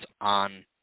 on